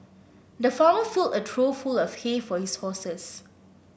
the farmer filled a trough full of hay for his horses